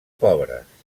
pobres